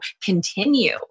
continue